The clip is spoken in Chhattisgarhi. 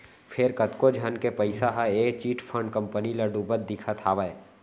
फेर कतको झन के पइसा ह ए चिटफंड कंपनी म डुबत दिखत हावय